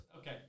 Okay